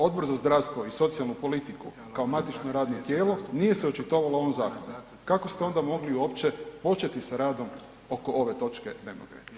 Odbor za zdravstvo i socijalnu politiku kao matično radno tijelo nije se očitovalo o ovom zakonu, kako ste onda mogli uopće početi sa radom oko ove točke dnevnog reda?